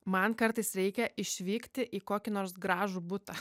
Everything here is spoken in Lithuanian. man kartais reikia išvykti į kokį nors gražų butą